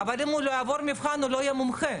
התחום הוא לא מכוח החוק, הוא מכוח